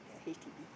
H_D_B